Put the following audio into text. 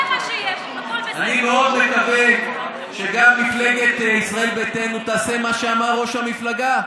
אני מאוד מקווה שגם מפלגת ישראל ביתנו תעשה מה שאמר ראש המפלגה,